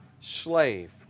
slave